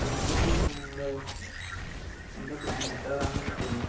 എന്തൊക്കെയാണ് നിങ്ങൾ എന്താ പ്ലാൻ എത്ര വേണമെന്നൊക്കെ ആണ്